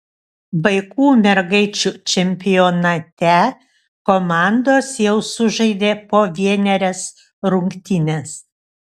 vaikų mergaičių čempionate komandos jau sužaidė po vienerias rungtynes